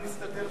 אירן,